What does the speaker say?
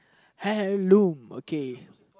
Hellum okay